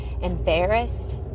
embarrassed